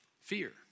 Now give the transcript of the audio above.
fear